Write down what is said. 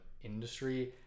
industry